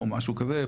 או משהו כזה,